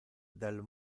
del